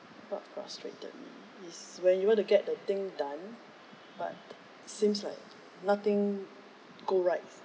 but frustrated is when you want to get the thing done but seems like nothing go right